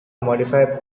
modified